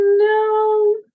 No